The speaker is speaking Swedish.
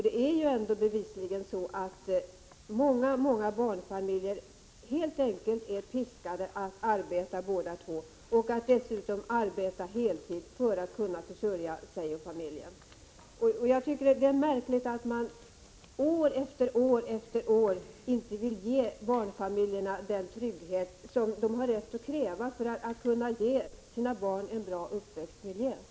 Det är ändå bevisligen så för många barnfamiljer att båda föräldrarna helt enkelt är piskade att arbeta, dessutom ofta på heltid, för att kunna försörja sig och familjen. Det är märkligt att socialdemokraterna år efter år underlåter att ge föräldrarna den trygghet som de har rätt att kräva för att kunna ge sina barn en bra uppväxtmiljö.